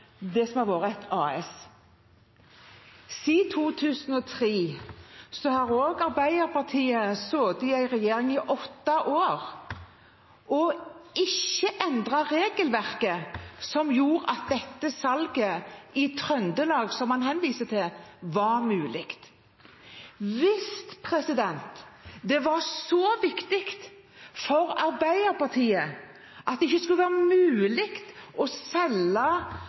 et AS. Siden 2003 har også Arbeiderpartiet sittet i regjering i åtte år og ikke endret regelverket som gjorde at dette salget i Trøndelag, som man henviser til, var mulig. Hvis det var så viktig for Arbeiderpartiet at det ikke skulle være mulig å selge